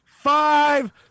Five